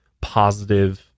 positive